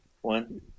one